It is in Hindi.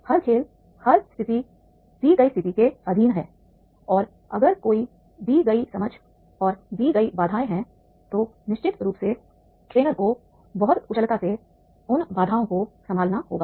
हर खेल हर स्थिति दी गई स्थिति के अधीन है और अगर कोई दी गई समझ और दी गई बाधाएं हैं तो निश्चित रूप से ट्रेनर को बहुत कुशलता से उन बाधाओं को संभालना होगा